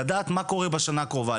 לדעת מה קורה בשנה הקרובה,